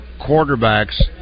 quarterbacks